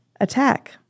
Attack